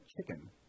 chicken